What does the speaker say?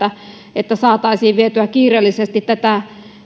että saataisiin vietyä kiireellisesti tätä